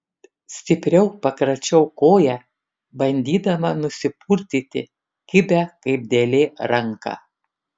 stipriau pakračiau koją bandydama nusipurtyti kibią kaip dėlė ranką